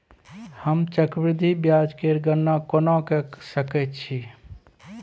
हम चक्रबृद्धि ब्याज केर गणना कोना क सकै छी